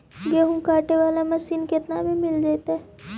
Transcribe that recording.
गेहूं काटे बाला मशीन केतना में मिल जइतै?